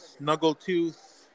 Snuggletooth